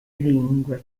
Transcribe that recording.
lingue